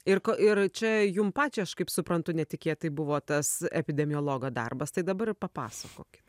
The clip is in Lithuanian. ir ko ir čia jum pačiai aš kaip suprantu netikėtai buvo tas epidemiologo darbas tai dabar ir papasakokit